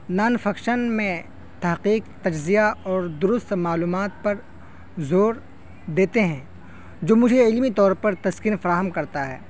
naan fiction میں تحقیق تجزیہ اور درست معلومات پر زور دیتے ہیں جو مجھے علمی طور پر تسکین فراہم کرتا ہے